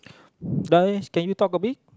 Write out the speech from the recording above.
eh can you talk a bit